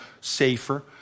safer